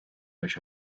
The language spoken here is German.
euch